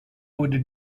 wurde